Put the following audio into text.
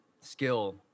skill